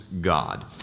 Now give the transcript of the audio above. God